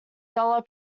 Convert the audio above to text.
dollar